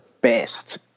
best